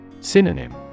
Synonym